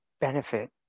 benefit